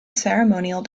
ceremonial